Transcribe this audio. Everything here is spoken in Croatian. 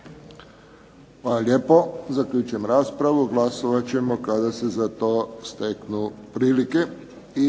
Hvala lijepo. Zaključujem raspravu. Glasovat ćemo kada se za to steknu prilike.